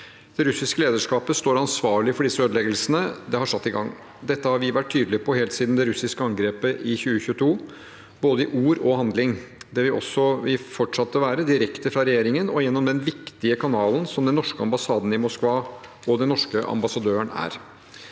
Det russiske lederskapet står ansvarlig for ødeleggelsene det har satt i gang. Dette har vi vært tydelige på helt siden det russiske angrepet i 2022, i både ord og handling. Det vil vi også fortsette å være – direkte fra regjeringen og gjennom den viktige kanalen som den norske ambassaden i Moskva og den norske ambassadøren er.